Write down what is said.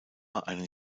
einen